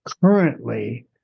currently